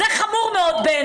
בעיניי זה חמור מאוד.